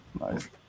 Nice